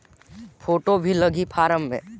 Photo भी लगी form मे?